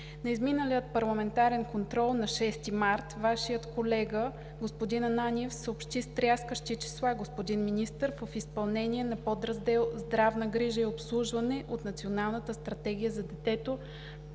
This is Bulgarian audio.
На миналия парламентарен контрол, на 6 март 2020 г., Вашият колега господин Ананиев съобщи стряскащи числа, господин Министър. В изпълнение на подраздел „Здравна грижа и обслужване“ от Националната стратегия за детето